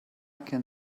can